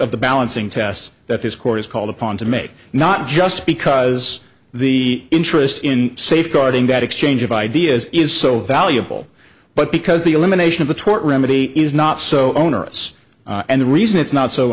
of the balancing test that this court is called upon to make not just because the interest in safeguarding that exchange of ideas is so valuable but because the elimination of the tort remedy is not so onerous and the reason it's not so